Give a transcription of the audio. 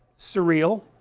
surreal,